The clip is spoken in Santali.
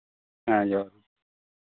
ᱡᱮᱸ ᱡᱚᱦᱟᱨ ᱜᱮ